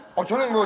on trying